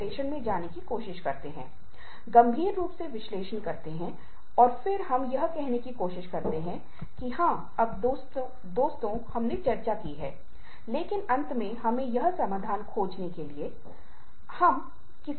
संगठन बाल देखभाल सुविधा मनोरंजन सुविधाएं जिम सुविधाएं और अन्य भी प्रदान कर रहे हैं ताकि कार्य संतुलन कुछ हद तक प्राप्त किया जा सके